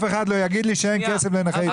אף אחד לא יגיד לי שאין כסף לנכי צה"ל.